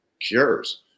cures